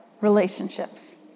relationships